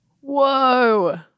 Whoa